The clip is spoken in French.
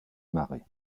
marais